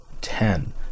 ten